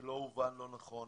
שלא יובן לא נכון,